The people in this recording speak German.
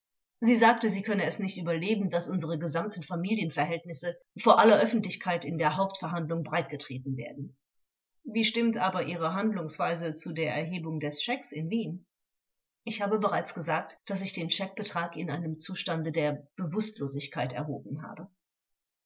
sie sagte sie könne es nicht überleben daß unsere gesamten familienverhältnisse vor aller öffentlichkeit in der hauptverhandlung breitgetreten werden vors wie stimmt aber ihre handlungsweise zu der erhebung des schecks in wien angekl ich habe bereits gesagt daß ich den scheckbetrag in einem zustande der bewußtlosigkeit erhoben habe